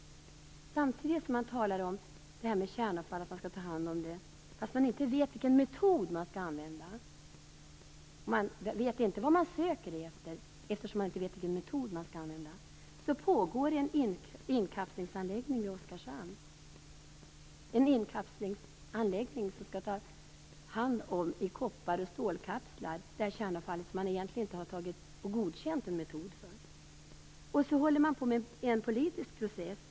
På samma gång som man talar om kärnavfall och att man skall ta hand om det - fastän man inte vet vad man söker, eftersom man inte vet vilken metod man skall använda - pågår arbete för en inkapslingsanläggning i Oskarshamn. Det är en inkapslingsanläggning som skall ta hand om koppar och stålkapslar. Det är kärnavfall som man egentligen inte har godkänt en metod för. Samtidigt håller man på med en politisk process.